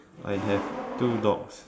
I have two dogs